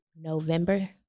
November